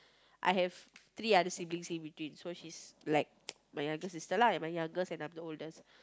I have three other siblings in between so she's like my younger sister lah and my youngest and I am the oldest